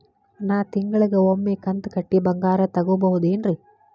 ನಾ ತಿಂಗಳಿಗ ಒಮ್ಮೆ ಕಂತ ಕಟ್ಟಿ ಬಂಗಾರ ತಗೋಬಹುದೇನ್ರಿ?